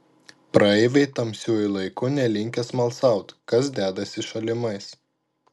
praeiviai tamsiuoju laiku nelinkę smalsaut kas dedasi šalimais